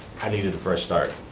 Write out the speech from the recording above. i needed a fresh start.